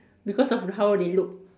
because of how they look